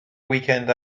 weekend